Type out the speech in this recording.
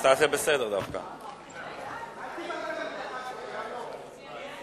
להסיר מסדר-היום את הצעת חוק עבודת נשים (תיקון,